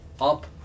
up